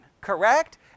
correct